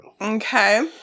Okay